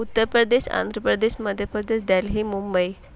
Uttar Pradesh Andhra Pradesh Madhya Pradesh Delhi Mumbai